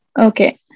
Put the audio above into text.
Okay